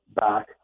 back